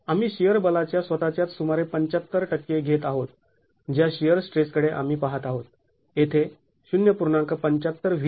आम्ही शिअर बलाच्या स्वतःच्याच सुमारे ७५ घेत आहोत ज्या शिअर स्ट्रेस कडे आम्ही पहात आहोत येथे 0